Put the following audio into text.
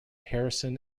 harrison